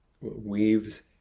weaves